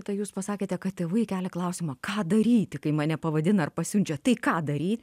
tai jūs pasakėte kad tėvai kelia klausimą ką daryti kai mane pavadina ar pasiunčia tai ką daryt